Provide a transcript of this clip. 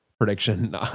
prediction